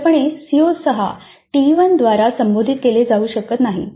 स्पष्टपणे CO 6 T 1 द्वारा संबोधित केले जाऊ शकत नाही